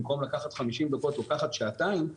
במקום לקחת חמישים דקות לוקחת שעתיים,